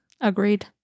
Agreed